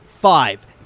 Five